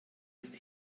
ist